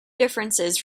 differences